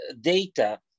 data